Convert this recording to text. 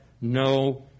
no